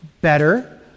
better